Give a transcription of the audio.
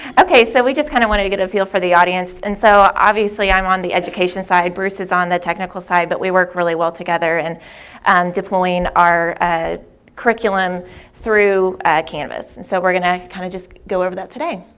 okay, so we just kind of wanted to get a feel for the audience, and so obviously i'm on the education side, bruce is on the technical side, but we work really well together in and and deploying our ah curriculum through canvas, and so we are going to kind of go over that today.